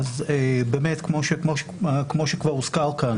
באמת כמו שכבר הוזכר כאן,